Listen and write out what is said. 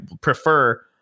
prefer